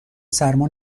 سرما